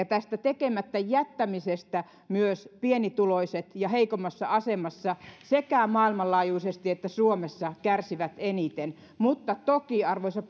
tästä tekemättä jättämisestä myös pienituloiset ja heikommassa asemassa olevat sekä maailmanlaajuisesti että suomessa kärsivät eniten mutta toki arvoisa